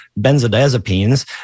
benzodiazepines